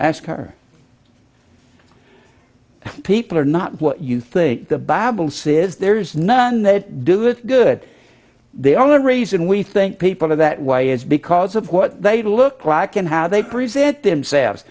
ask our people are not what you think the bible says there's none that do it's good the only reason we think people are that way it's because of what they look like and how they present themselves